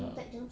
ya